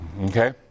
Okay